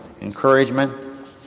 Encouragement